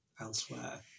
elsewhere